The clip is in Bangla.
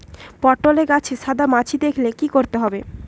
পটলে গাছে সাদা মাছি দেখালে কি করতে হবে?